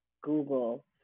Google